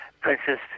Princess